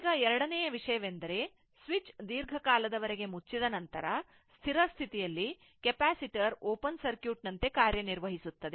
ಈಗ ಎರಡನೆಯ ವಿಷಯವೆಂದರೆ ಸ್ವಿಚ್ ದೀರ್ಘಕಾಲದವರೆಗೆ ಮುಚ್ಚಿದ ನಂತರ ಸ್ಥಿರ ಸ್ಥಿತಿಯಲ್ಲಿ ಕೆಪಾಸಿಟರ್ ಓಪನ್ ಸರ್ಕ್ಯೂಟ್ ನಂತೆ ಕಾರ್ಯನಿರ್ವಹಿಸುತ್ತದೆ